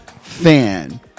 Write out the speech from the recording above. fan